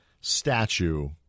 statue